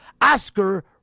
Oscar